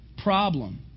problem